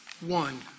one